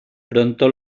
pronto